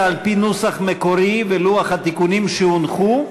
על-פי הנוסח המקורי ולוח התיקונים שהונחו,